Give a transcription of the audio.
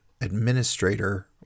Administrator